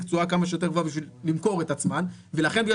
תשואה כמה שיותר גבוהה בשביל למכור את עצמן ולכן בגלל